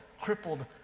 crippled